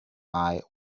eye